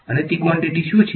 અને તે ક્વોંટીટી શું છે